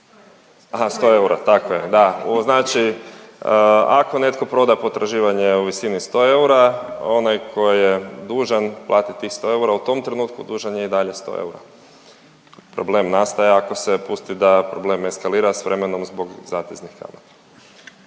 Aha, 100 eura, tako je, da, znači ako netko proda potraživanje u visini 100 eura, onaj ko je dužan platit tih 100 eura u tom trenutku dužan je i dalje 100 eura. Problem nastaje ako se pusti da problem eskalira s vremenom zbog zateznih kamata.